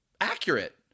accurate